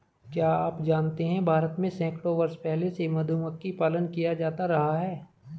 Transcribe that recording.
क्या आप जानते है भारत में सैकड़ों वर्ष पहले से मधुमक्खी पालन किया जाता रहा है?